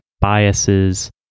biases